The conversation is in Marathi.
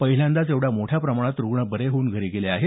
पहिल्यांदाचं एवढ्या मोठ्या प्रमाणात रुग्ण बरे होऊन घरी गेले आहेत